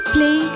Play